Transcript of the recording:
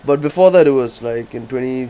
but before that it was like in twenty